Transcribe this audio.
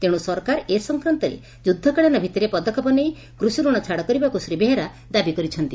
ତେଶୁ ସରକାର ଏ ସଂକ୍ରାନ୍ତରେ ଯୁଦ୍ଧକାଳୀନ ଭିତିରେ ପଦକ୍ଷେପ ନେଇ କୃଷି ରଣ ଛାଡ଼ କରିବାକୁ ଶ୍ରୀ ବେହେରା ଦାବି କରିଛନ୍ତି